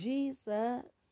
Jesus